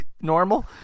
normal